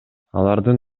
алардын